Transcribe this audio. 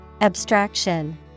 Abstraction